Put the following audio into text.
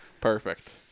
perfect